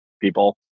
people